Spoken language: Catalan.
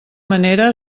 manera